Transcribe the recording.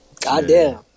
Goddamn